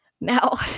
Now